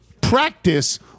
practice